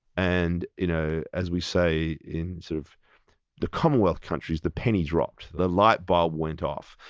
and you know as we say in sort of the commonwealth countries, the penny dropped. the light bulb went off.